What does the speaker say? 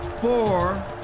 four